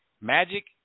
Magic